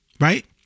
Right